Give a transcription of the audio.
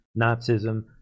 Nazism